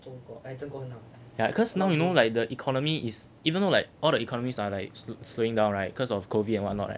yeah cause now you know like the economy is you know like all the economies are like slowing slowing down right because of COVID and what not right